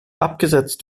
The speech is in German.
abgesetzt